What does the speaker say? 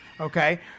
okay